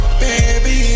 baby